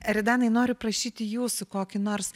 aridanai noriu prašyti jūsų kokį nors